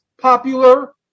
popular